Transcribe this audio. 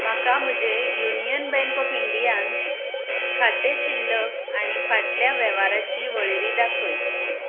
म्हाका म्हजें union bank of इंडियान खातें शिल्लक आनी फाटल्या वेव्हाराची वळेरी दाखय